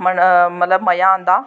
मतलव मज़ा आंदा